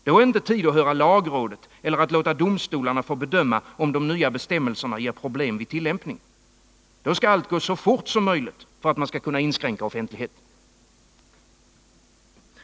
Då är det inte tid att höra lagrådet eller att låta domstolarna få bedöma om de nya bestämmelserna ger problem vid tillämpningen. Då skall allt gå så fort som möjligt för att man skall kunna inskränka offentligheten.